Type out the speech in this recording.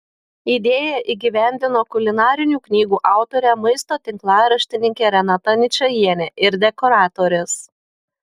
idėją įgyvendino kulinarinių knygų autorė maisto tinklaraštininkė renata ničajienė ir dekoratorės